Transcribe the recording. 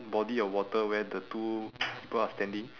body of water where the two people are standing